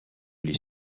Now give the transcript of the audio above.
les